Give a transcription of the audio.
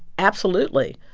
absolutely,